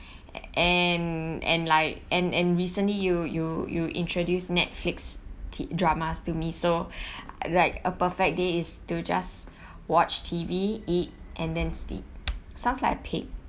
and and like and and recently you you you introduce netflix dramas to me so like a perfect day is to just watch T_V eat and then sleep sounds like a pig